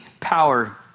power